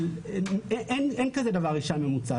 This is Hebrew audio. אין דבר כזה אישה ממוצעת.